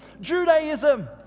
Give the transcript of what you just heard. Judaism